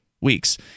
weeks